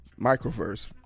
microverse